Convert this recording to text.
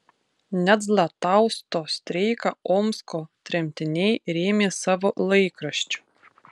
net zlatousto streiką omsko tremtiniai rėmė savo laikraščiu